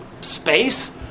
space